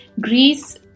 Greece